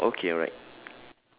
ya normal okay alright